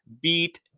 beat